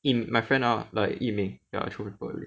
yi~ my friend lah yi ming ya throw paper already